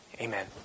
Amen